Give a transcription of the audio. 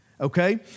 okay